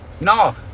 No